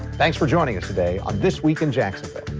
thanks for joining us today on this week in jax.